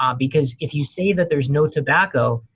um because if you say that there's no tobacco,